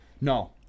No